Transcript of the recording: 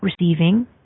receiving